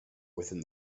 within